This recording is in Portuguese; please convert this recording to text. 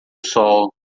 sol